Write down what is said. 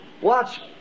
watch